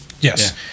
Yes